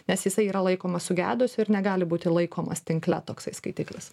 nes jisai yra laikomas sugedusiu ir negali būti laikomas tinkle toksai skaitiklis tai